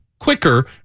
quicker